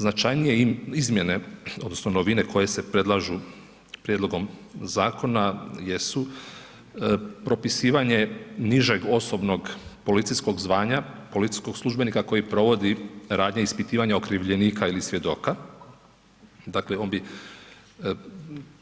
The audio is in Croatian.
Značajnije izmjene odnosno novine koje se predlažu prijedlogom zakona jesu propisivanje nižeg osobnog policijskog zvanja policijskog službenika koji provodi radnje ispitivanja okrivljenika ili svjedoka, dakle, on bi,